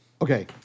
okay